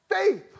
faith